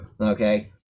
Okay